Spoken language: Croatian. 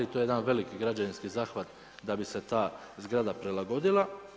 I to je jedan veliki građevinski zahvat da bi se ta zgrada prilagodila.